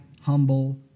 humble